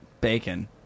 bacon